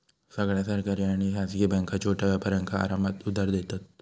सगळ्या सरकारी आणि खासगी बॅन्का छोट्या व्यापारांका आरामात उधार देतत